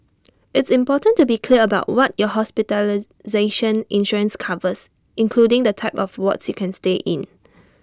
it's important to be clear about what your hospitalization insurance covers including the type of wards you can stay in